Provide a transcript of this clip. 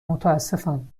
متاسفم